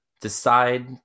decide